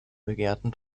begehrten